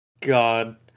God